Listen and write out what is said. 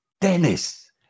Dennis